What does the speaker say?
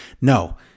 No